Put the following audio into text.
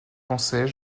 pensais